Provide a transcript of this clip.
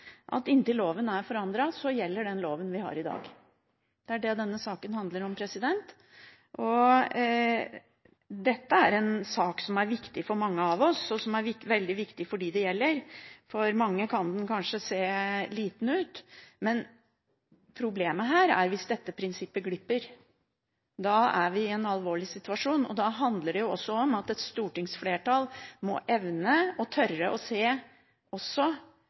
at inntil loven er forandret, gjelder den loven vi har i dag. Det er det denne saken handler om. Dette er en sak som er viktig for mange av oss, og som er veldig viktig for dem det gjelder. For mange kan den kanskje se liten ut, men problemet her er hvis dette prinsippet glipper. Da er vi i en alvorlig situasjon, og da handler det også om at et stortingsflertall må evne å tørre å se også